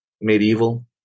medieval